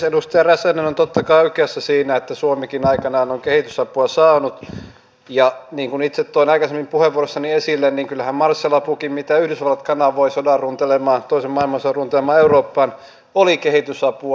edustaja räsänen on totta kai oikeassa siinä että suomikin aikanaan on kehitysapua saanut ja niin kuin itse toin aikaisemmin puheenvuorossani esille kyllähän marshall apukin jota yhdysvallat kanavoi toisen maailmansodan runtelemaan eurooppaan oli kehitysapua